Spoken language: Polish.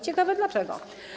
Ciekawe dlaczego?